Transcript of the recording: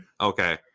Okay